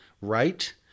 right